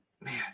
man